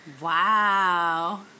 Wow